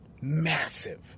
massive